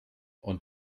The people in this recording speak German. und